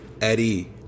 Eddie